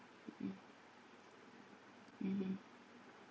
mm (uh huh)